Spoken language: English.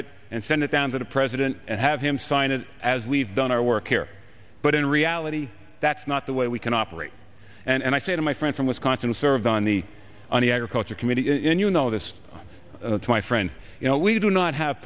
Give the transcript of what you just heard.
it and send it down to the president and have him sign it as we've done our work here but in reality that's not the way we can operate and i say to my friend from wisconsin served on the on the agriculture committee and you know this my friend you know we do not have